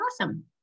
awesome